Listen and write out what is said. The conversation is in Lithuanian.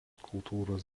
kultūros